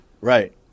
Right